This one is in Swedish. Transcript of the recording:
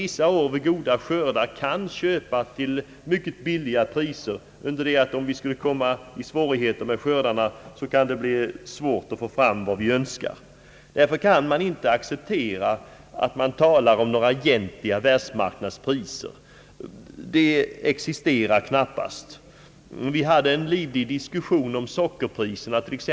Vissa år med goda skördar ute i världen kan vi köpa livsmedel för billiga priser, men om vi själva skulle komma i svårigheter med våra inhemska skördar, kan det vara svårt att få fram vad vi önskar på världsmarknaden. Därför kan man egentligen inte tala om några världsmarknadspriser. Före valet hade vi t.ex. en livlig diskussion om sockerpriserna.